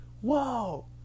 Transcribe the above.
whoa